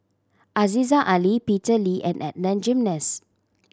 Aziza Ali Peter Lee and Adan Jimenez